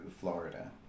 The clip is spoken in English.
Florida